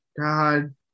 God